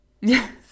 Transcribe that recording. Yes